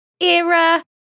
era